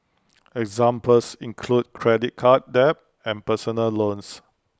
examples include credit card debt and personal loans